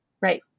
right